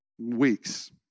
weeks